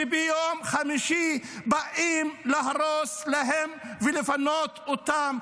שביום חמישי באים להרוס להם ולפנות אותם.